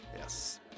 yes